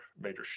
major